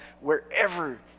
wherever